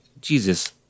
Jesus